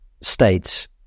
states